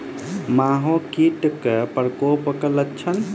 माहो कीट केँ प्रकोपक लक्षण?